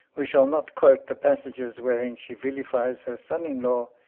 we shall not quote the passages wherein she vilifies her son-in-law,